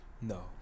No